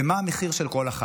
ומה המחיר של כל אחת.